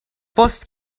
post